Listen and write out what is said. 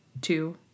two